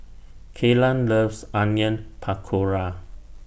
Kelan loves Onion Pakora